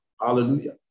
Hallelujah